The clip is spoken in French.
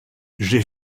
j’ai